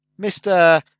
Mr